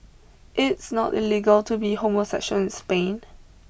it's not illegal to be homosexual in Spain